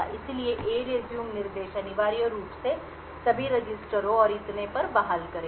इसलिए ERESUME निर्देश अनिवार्य रूप से सभी रजिस्टरों और इतने पर बहाल करेगा